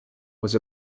was